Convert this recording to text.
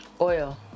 Oil